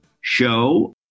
Show